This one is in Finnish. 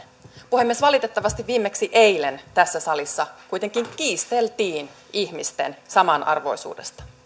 puhemies valitettavasti viimeksi eilen tässä salissa kuitenkin kiisteltiin ihmisten samanarvoisuudesta